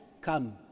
come